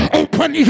open